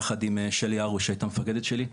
יחד עם שלי הרוש שהייתה המפקדת שלי.